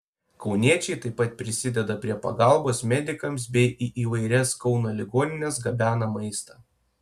kauniečiai taip pat prisideda prie pagalbos medikams bei į įvairias kauno ligonines gabena maistą